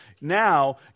now